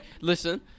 listen